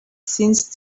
since